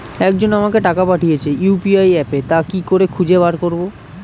একজন আমাকে টাকা পাঠিয়েছে ইউ.পি.আই অ্যাপে তা কি করে খুঁজে বার করব?